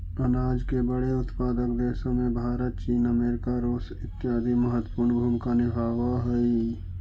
अनाज के बड़े उत्पादक देशों में भारत चीन अमेरिका रूस इत्यादि महत्वपूर्ण भूमिका निभावअ हई